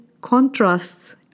contrasts